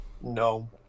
no